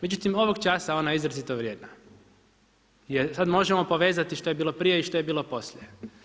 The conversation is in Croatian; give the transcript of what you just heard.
Međutim ovo časa ona je izrazito vrijedna jer sada možemo povezati što je bilo prije i što je bilo poslije.